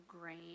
grain